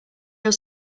your